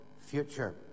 future